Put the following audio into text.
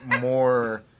more